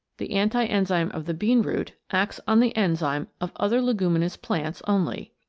the anti-enzyme of the bean root acts on the enzyme of other leguminous plants only.